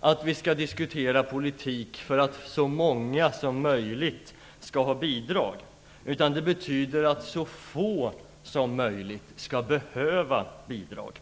att vi skall diskutera politik för att så många som möjligt skall ha bidrag, utan det betyder att så få som möjligt skall behöva bidrag.